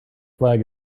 flag